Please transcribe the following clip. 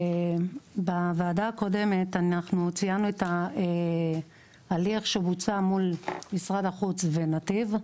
אנחנו בוועדה הקודמת ציינו את ההליך שבוצע מול משרד החוץ ונתיב.